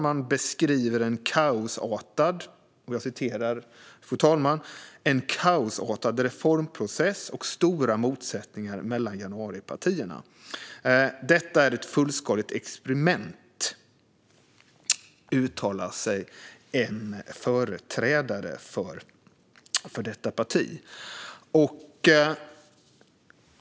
Man beskriver en kaosartad reformprocess och stora motsättningar mellan januaripartierna. En företrädare för detta parti uttalar att det här är ett fullskaligt experiment.